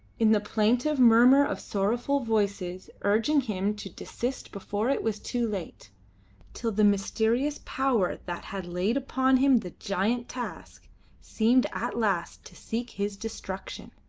in the plaintive murmur of sorrowful voices urging him to desist before it was too late till the mysterious power that had laid upon him the giant task seemed at last to seek his destruction.